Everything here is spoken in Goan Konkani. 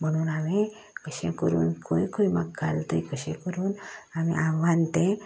म्हणून हांवें अशें करून खंय खंय म्हाका घाें तें कशें करून हांवें आव्हान तें